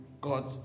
God